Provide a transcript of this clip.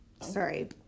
Sorry